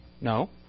No